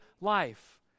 life